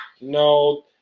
No